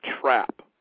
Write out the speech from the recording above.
trap